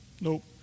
Nope